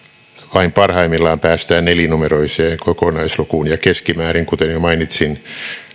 vain parhaimmillaan päästään nelinumeroiseen kokonaislukuun ja keskimäärin kuten jo mainitsin